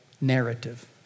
narrative